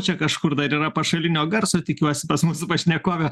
čia kažkur dar yra pašalinio garso tikiuosi pas mūsų pašnekovę